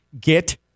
Get